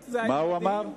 מה הוא אמר?